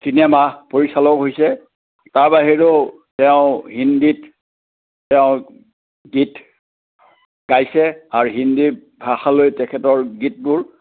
cinema পৰিচালক হৈছে তাৰ বাহিৰেও তেওঁ হিন্দীত তেওঁ গীত গাইছে আৰু হিন্দীৰ ভাষালৈ তেখেতৰ গীতবোৰ